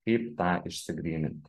kaip tą išsigryninti